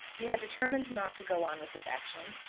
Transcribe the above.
he had determined not to go on with his action,